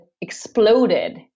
exploded